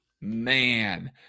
man